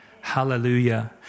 Hallelujah